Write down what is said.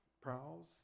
prowls